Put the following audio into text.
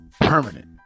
permanent